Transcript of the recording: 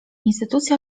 instytucja